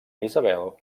isabel